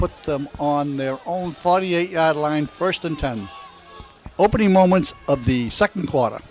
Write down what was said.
put them on their own forty eight adeline first in ten opening moments of the second